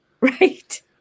right